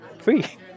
free